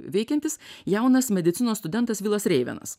veikiantis jaunas medicinos studentas vilas reivenas